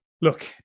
look